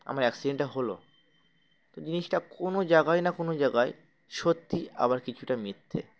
আমার অ্যাক্সিডেন্টটা হলো তো জিনিসটা কোনো জায়গায় না কোনো জায়গায় সত্যি আবার কিছুটা মিথ্যে